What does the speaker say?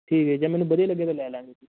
ਠੀਕ ਹੈ ਜੇ ਮੈਨੂੰ ਵਧੀਆ ਲੱਗਿਆ ਤਾਂ ਲੈ ਲਵਾਂਗੇ ਜੀ